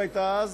שהייתה אז,